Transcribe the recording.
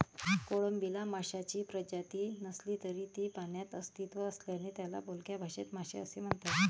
कोळंबीला माशांची प्रजाती नसली तरी पाण्यात अस्तित्व असल्याने त्याला बोलक्या भाषेत मासे असे म्हणतात